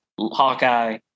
Hawkeye